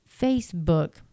Facebook